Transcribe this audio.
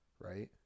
Right